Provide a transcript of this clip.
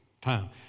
time